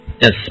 Yes